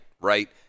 right